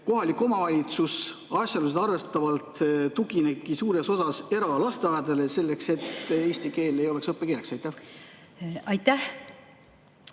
kohalik omavalitsus asjaolusid arvestades tuginebki suures osas eralasteaedadele, selleks et eesti keel ei oleks õppekeeleks? Aitäh!